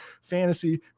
Fantasy